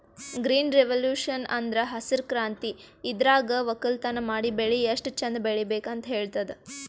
green revolution ಅಂದ್ರ ಹಸ್ರ್ ಕ್ರಾಂತಿ ಇದ್ರಾಗ್ ವಕ್ಕಲತನ್ ಮಾಡಿ ಬೆಳಿ ಎಷ್ಟ್ ಚಂದ್ ಬೆಳಿಬೇಕ್ ಅಂತ್ ಹೇಳ್ತದ್